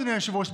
אדוני היושב-ראש,